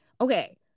okay